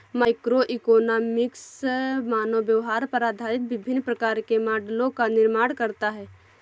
microeconomics मानव व्यवहार पर आधारित विभिन्न प्रकार के मॉडलों का निर्माण करता है